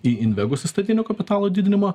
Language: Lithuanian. į invegus įstatinio kapitalo didinimą